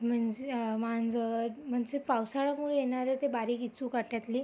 म्हणजे मांजर म्हणजे पावसाळामुळे येणारे ते बारीक विचूकाट्यातली